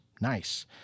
Nice